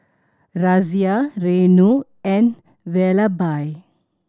Razia Renu and Vallabhbhai